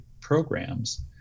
programs